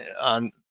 on